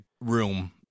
room